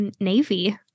Navy